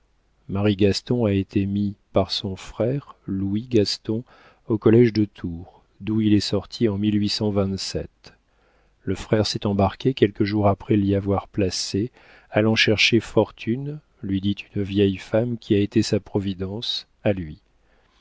marie gaston a été mis par son frère louis gaston au collége de tours d'où il est sorti en le frère s'est embarqué quelques jours après l'y avoir placé allant chercher fortune lui dit une vieille femme qui a été sa providence à lui